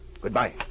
Goodbye